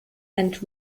and